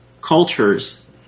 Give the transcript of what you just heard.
cultures